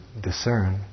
discern